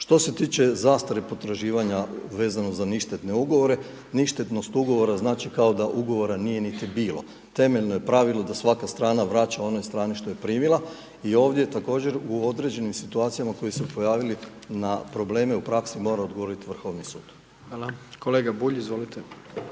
Što se tiče zastare potraživanja vezano za ništetne ugovore, ništetnost ugovora znači kao da ugovora nije niti bilo. Temeljno je pravilo da svaka strana vraća onoj strani što je primila i ovdje također u određenim situacijama koje su se pojavili na probleme u praksi, mora odgovoriti Vrhovni sud. **Jandroković, Gordan